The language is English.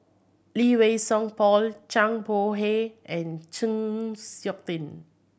Lee Wei Song Paul Zhang Bohe and Chng Seok Tin